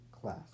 class